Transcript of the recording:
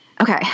okay